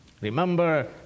Remember